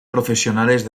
profesionales